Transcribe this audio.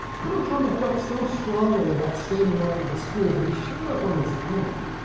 colonel trumble felt so strongly about standing up for the school that he showed up on his own,